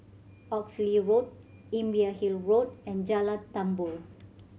Oxley Road Imbiah Hill Road and Jalan Tambur